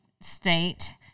state